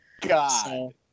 God